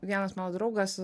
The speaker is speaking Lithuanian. vienas mano draugas